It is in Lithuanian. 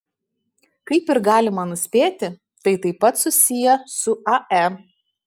kaip ir galima nuspėti tai taip pat susiję su ae